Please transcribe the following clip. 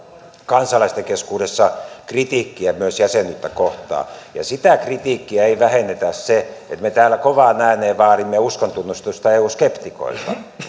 kansalaisten keskuudessa myös kritiikkiä jäsenyyttä kohtaan sitä kritiikkiä ei vähennä se että me täällä kovaan ääneen vaadimme uskontunnustusta eu skeptikoilta